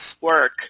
work